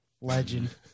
Legend